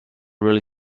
really